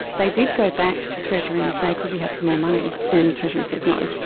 they did go back to treasury and say, could we have some more money? and treasury said no.